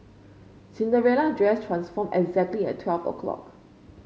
Cinderella dress transformed exactly at twelve O clock